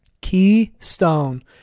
Keystone